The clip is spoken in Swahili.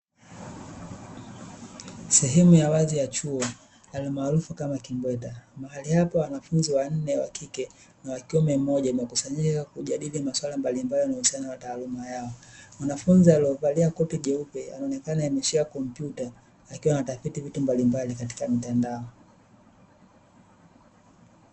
Sehemu ya wazi ya chuo almaarufu kama kimbweta, mahali hapo wanafunzi wakike wanne na wakiume mmoja wamekusanyika kujadili maswala mbalimbali yanayohusiana na taaluma yao. Mwanafunzi aliyevalia koti jeupe anaonekana ameshika kompyuta, akiwa anatafiti vitu mbalimbali kwenye mtandao.